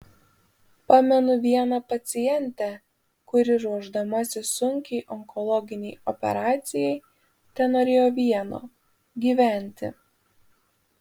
pamenu vieną pacientę kuri ruošdamasi sunkiai onkologinei operacijai tenorėjo vieno gyventi